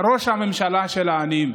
ראש הממשלה של העניים.